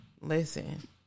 Listen